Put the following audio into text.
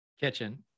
Kitchen